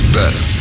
better